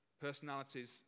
personalities